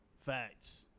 Facts